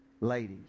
Ladies